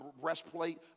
breastplate